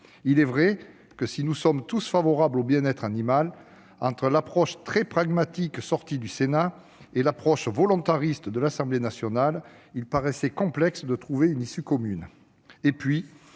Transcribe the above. à obtenir. Même si nous sommes tous favorables au bien-être animal, entre l'approche très pragmatique du Sénat et celle, volontariste, de l'Assemblée nationale, il paraissait complexe de trouver une issue commune.